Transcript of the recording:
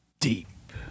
Deep